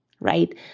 right